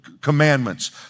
commandments